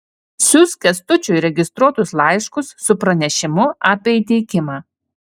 siųsk kęstučiui registruotus laiškus su pranešimu apie įteikimą